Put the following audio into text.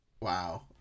wow